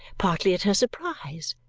partly at her surprise.